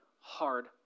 hard